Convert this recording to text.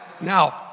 Now